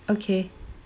okay